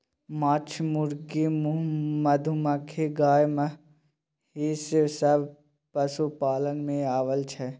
माछ, मुर्गी, मधुमाछी, गाय, महिष सब पशुपालन मे आबय छै